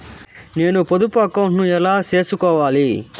నేను పొదుపు అకౌంటు ను ఎలా సేసుకోవాలి?